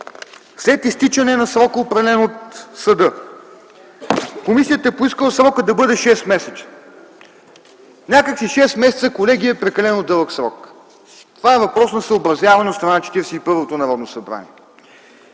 след изтичане на срока, определен от съда. Комисията е поискала срокът да бъде 6-месечен. Някак си шест месеца е прекалено дълъг срок, колеги. Това е въпрос на съобразяване от страна на 41-то Народно събрание.